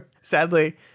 Sadly